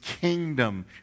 kingdom